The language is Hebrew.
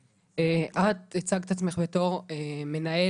את הצגת את עצמך בתור מנהלת